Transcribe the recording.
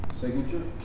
Signature